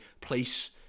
police